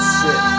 sit